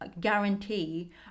guarantee